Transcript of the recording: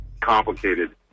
complicated